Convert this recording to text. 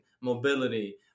mobility